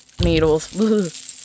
needles